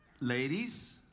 Ladies